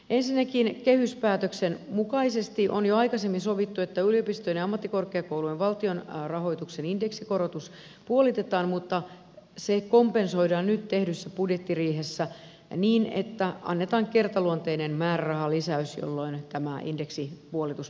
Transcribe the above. ensinnäkin kehyspäätöksen mukaisesti on jo aikaisemmin sovittu että yliopistojen ja ammattikorkeakoulujen valtion rahoituksen indeksikorotus puolitetaan mutta se kompensoidaan nyt tehdyssä budjettiriihessä niin että annetaan kertaluonteinen määrärahalisäys jolloin tämä indeksipuolitus poistuu